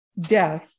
death